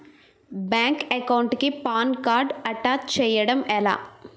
Bank account కి PAN card attach చేయడం ఎలా?